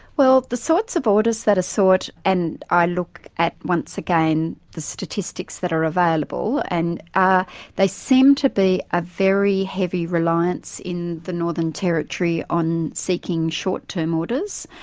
well, the sorts of orders that are sought, and i look at once again the statistics that are available, and ah they seem to be a very heavy reliance in the northern territory on seeking short-term orders.